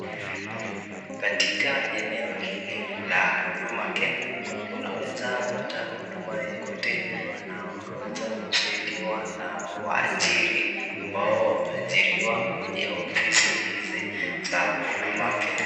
Katika eneo hili, la huduma Kenya, unaweza pata huduma yoyote na unaweza kusaidiwa na waajiri ambao wameajiriwa kwenye ofisi hizi za huduma Kenya.